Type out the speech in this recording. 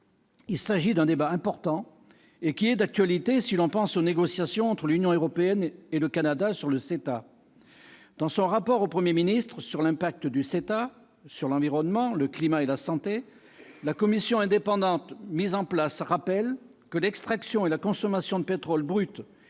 Il s'agit d'un débat important. C'est aussi un débat d'actualité si l'on pense aux négociations entre l'Union européenne et le Canada sur l'accord économique et commercial global, le CETA. Dans son rapport au Premier ministre sur l'impact du CETA sur l'environnement, le climat et la santé, la commission indépendante mise en place rappelle que l'extraction et la consommation de pétrole brut